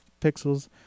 pixels